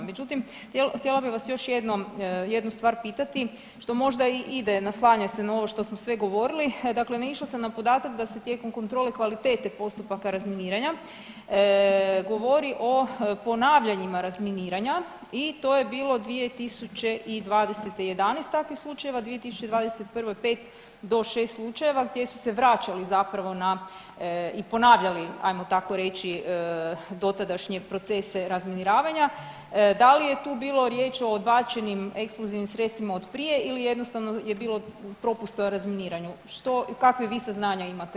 Međutim, htjela bih vas još jednom jednu stvar pitati što možda i ide, naslanja se na ovo što smo sve govorili, dakle naišla sam na podatak da se tijekom kontrole kvalitete postupaka razminiranja govori o ponavljanjima razminiranja i to je bilo 2020. 11 takvih slučajeva, 2021. 5 do 6 slučajeva gdje su se vraćali zapravo na i ponavljali ajmo tako reći dotadašnje procese razminiravanja, da li je tu bilo riječ o odbačenim eksplozivnim sredstvima od prije ili jednostavno je bilo propusta u razminiranju, što i kakvih vi saznanja imate o tome?